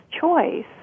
choice